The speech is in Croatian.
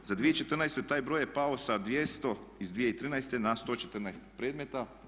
Za 2014. taj broj je pao sa 200 iz 2013. na 114 predmeta.